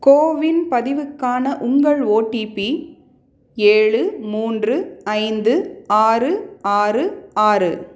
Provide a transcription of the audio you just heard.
CoWIN பதிவுக்கான உங்கள் OTP ஏழு மூன்று ஐந்து ஆறு ஆறு ஆறு